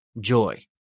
joy